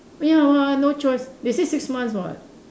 but ya [what] no choice they say six months [what]